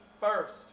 first